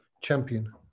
champion